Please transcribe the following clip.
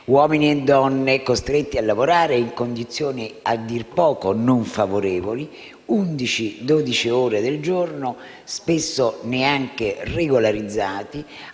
Uomini e donne costretti a lavorare in condizioni a dir poco non favorevoli, undici o dodici ore al giorno, spesso neanche regolarizzati,